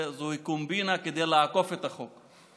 זוהי קומבינה כדי לעקוף את החוק,